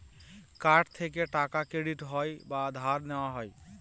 card থেকে টাকা credit হয় বা ধার নেওয়া হয়